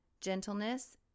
gentleness